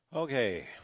Okay